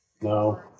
No